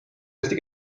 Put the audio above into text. eesti